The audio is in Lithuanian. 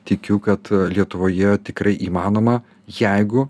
tikiu kad lietuvoje tikrai įmanoma jeigu